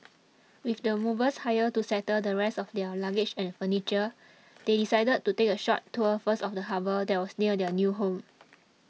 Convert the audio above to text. with the movers hired to settle the rest of their luggage and furniture they decided to take a short tour first of the harbour that was near their new home